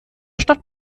stadt